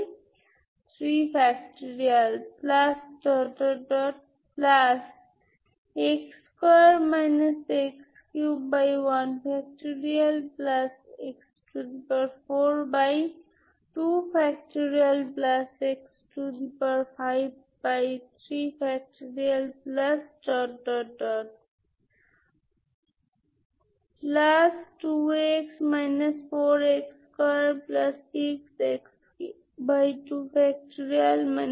সুতরাং একবার আপনার এটি হয়ে গেলে যদি আপনি এই eigen function self adjoint operator বা তির্যক সমান্তরাল অপারেটর কোন টুকরো টুকরো অবিচ্ছিন্ন ফাংশন f ব্যবহার করেন আমি x লিখতে পারি 1 থেকে 1 এর মধ্যে আমি লিখতে পারি fxn0CnPn এটাই আমাদের আছে